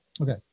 Okay